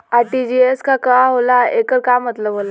RTGS का होला एकर का मतलब होला?